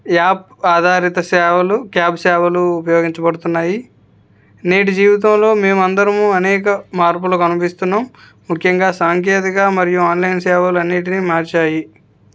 app ఆధారిత సేవలు cab సేవలు ఉపయోగించబడుతున్నాయి నేటి జీవితంలో మేము అందరము అనేక మార్పులు కనిపిస్తున్నాము ముఖ్యంగా సాంకేతిక మరియు ఆన్లైన్ సేవలు అన్నింటిని మార్చాయి